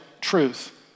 truth